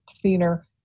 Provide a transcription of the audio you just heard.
cleaner